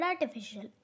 artificial